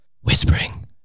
Whispering